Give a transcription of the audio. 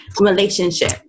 relationship